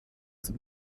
zum